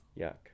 Yuck